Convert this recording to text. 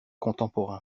contemporain